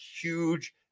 huge